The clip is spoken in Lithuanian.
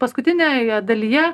paskutinėje dalyje